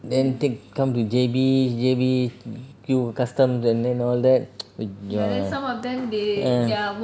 then take come to J_B J_B queue customs and then all that !aiya! ah